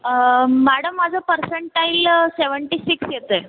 madam माझं percentile seventy six येत आहे